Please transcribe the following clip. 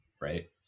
Right